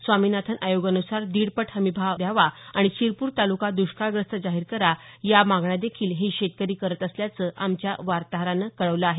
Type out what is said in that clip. स्वामीनाथन आयोगानुसार दीडपट हमीभाव द्यावा आणि शिरपूर तालुका द्रष्काळग्रस्त जाहीर करा या मागण्या देखील हे शेतकरी करत असल्याचं आमच्या वार्ताहरानं कळवलं आहे